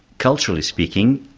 culturally speaking,